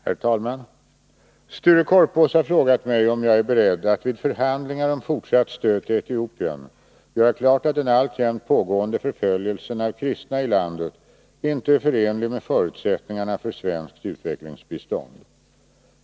Herr talman! Sture Korpås har frågat mig om jag är beredd att vid förhandlingar om fortsatt stöd till Etiopien göra klart att den alltjämt pågående förföljelsen av kristna i landet inte är förenlig med förutsättningarna för svenskt utvecklingsbistånd.